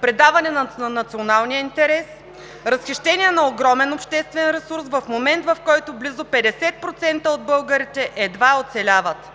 предаване на националния интерес, разхищение на огромен обществен ресурс в момент, в който близо 50% от българите едва оцеляват.